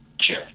Sure